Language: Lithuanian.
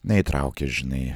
neįtraukė žinai